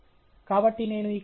కాబట్టి నేను ఇక్కడ ఉన్నాను